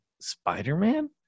Spider-Man